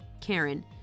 Karen